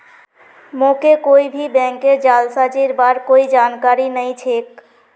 मोके कोई भी बैंकेर जालसाजीर बार कोई जानकारी नइ छेक